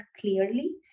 clearly